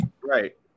right